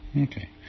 okay